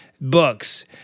books